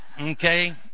Okay